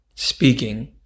Speaking